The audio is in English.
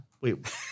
Wait